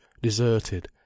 deserted